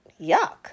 Yuck